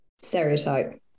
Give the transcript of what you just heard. stereotype